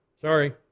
Sorry